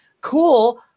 Cool